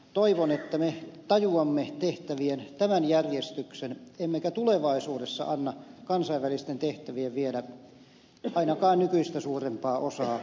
toivon että me tajuamme tehtävien tämän järjestyksen emmekä tulevaisuudessa anna kansainvälisten tehtävien viedä ainakaan nykyistä suurempaa osaa menoista